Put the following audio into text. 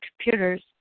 computers